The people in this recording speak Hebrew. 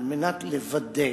על מנת לוודא